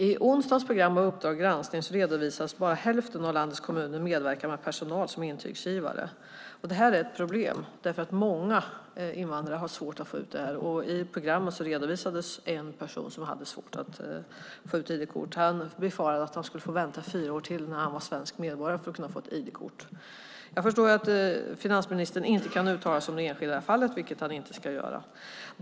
I onsdagens avsnitt av tv-programmet Uppdrag granskning redovisades att i bara hälften av landets kommuner medverkar personal som intygsgivare. Det här är ett problem. Många invandrare har svårt att få ut ID-kort. I programmet redogjordes för en person som har svårt att få ut ID-kort. Han befarade att han skulle få vänta i ytterligare fyra år till dess han blir svensk medborgare för att få ett ID-kort. Jag förstår att finansministern inte kan uttala sig om det enskilda fallet. Det ska han inte göra.